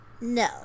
No